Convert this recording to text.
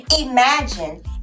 Imagine